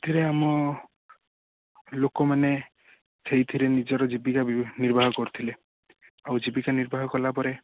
ଏଥିରେ ଆମ ଲୋକମାନେ ସେଇଥିରେ ନିଜର ଜୀବିକା ନିର୍ବାହ କରୁଥିଲେ ଆଉ ଜୀବିକା ନିର୍ବାହ କଲାପରେ